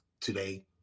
today